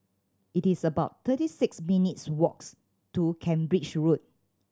it is about thirty six minutes walks to Cambridge Road